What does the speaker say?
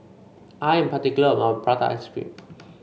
I am particular about Prata Ice Cream